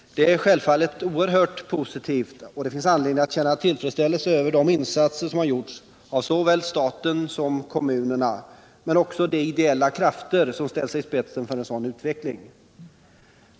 Detta är självfallet oerhört positivt, och det finns anledning att känna tillfredsställelse över de insatser som gjorts av såväl statliga som kommunala myndigheter men också av de ideella krafter som ställt sig i spetsen för en sådan utveckling.